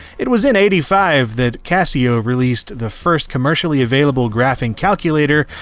it was in eighty five that casio released the first commercially-available graphing calculator,